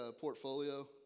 portfolio